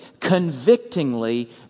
convictingly